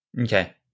Okay